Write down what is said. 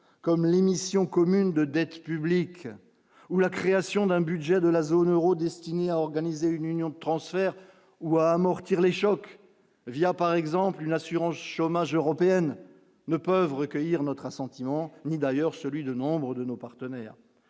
comme l'émission commune de dette publique ou la création d'un budget de la zone Euro destiné à organiser une union de transferts ou à amortir les chocs via par exemple une assurance chômage européennes ne peuvent recueillir notre assentiment ni d'ailleurs celui de nombre de nos partenaires,